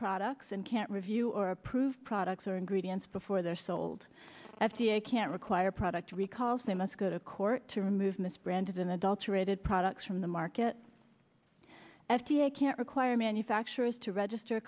products and can't review or approve products or ingredients before they're sold f d a can't require product recalls they must go to court to remove misbranded in adulterated products from the market f d a can't require manufacturers to register